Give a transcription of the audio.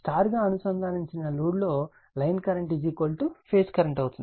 Y గా అనుసందానించబడిన load లో లైన్ కరెంట్ ఫేజ్ కరెంట్ అవుతుంది